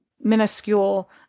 minuscule